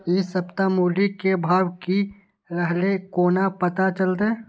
इ सप्ताह मूली के भाव की रहले कोना पता चलते?